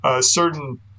certain